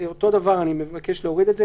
אותו דבר אני מבקש להוריד את זה.